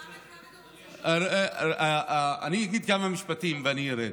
חמד, כמה, אני אגיד כמה משפטים ואני ארד.